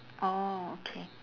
orh okay